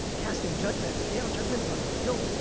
casting judgment at scale. judgment is on tilt.